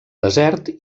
desert